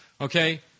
Okay